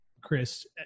Chris